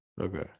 Okay